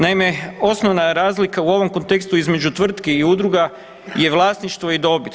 Naime, osnovna razlika u ovom kontekstu između tvrtki i udruga je vlasništvo i dobit.